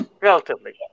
relatively